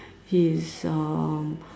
his uh